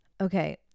Okay